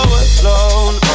alone